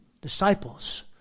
disciples